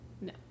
No